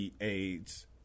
AIDS